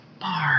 Bar